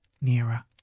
nearer